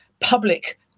public